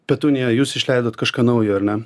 petunija jūs išleidot kažką naujo ar ne